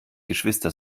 geschwister